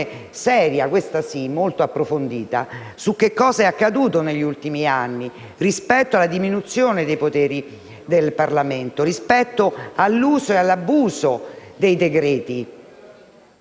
seria, questa sì, e molto approfondita su cosa è accaduto negli ultimi anni rispetto alla diminuzione dei poteri del Parlamento, rispetto all'uso e all'abuso dei decreti-legge.